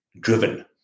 driven